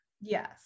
yes